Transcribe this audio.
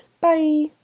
Bye